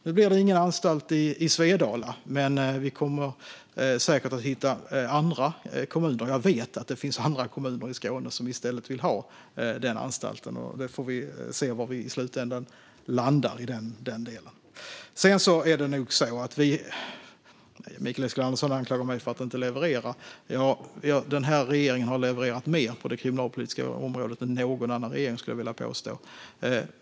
Nu blir det ingen anstalt i Svedala, men jag vet att det finns andra kommuner i Skåne som i stället vill ha anstalten. Vi får se var vi i slutändan landar i den delen. Mikael Eskilandersson anklagar mig för att inte leverera. Den här regeringen har levererat mer på det kriminalpolitiska området än någon annan regering, skulle jag vilja påstå.